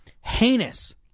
heinous